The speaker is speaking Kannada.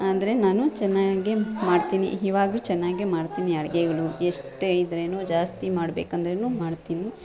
ಅಂದರೆ ನಾನು ಚೆನ್ನಾಗೇ ಮಾಡ್ತೀನಿ ಇವಾಗಲೂ ಚೆನ್ನಾಗೇ ಮಾಡ್ತೀನಿ ಅಡ್ಗೆಗಳು ಎಷ್ಟೇ ಇದ್ದರೇನು ಜಾಸ್ತಿ ಮಾಡಬೇಕಂದ್ರೆನು ಮಾಡ್ತೀನಿ